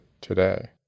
today